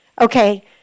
Okay